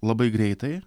labai greitai